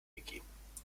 gegeben